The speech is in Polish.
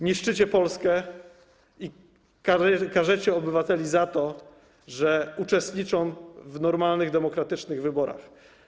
Niszczycie Polskę i każecie obywateli za to, że uczestniczą w normalnych, demokratycznych wyborach.